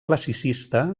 classicista